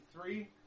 three